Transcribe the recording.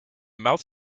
mouth